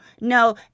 no